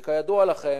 כי כידוע לכם,